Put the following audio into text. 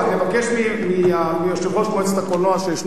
נבקש מיושב-ראש מועצת הקולנוע שישנו פה